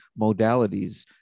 modalities